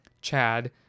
chad